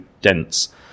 dense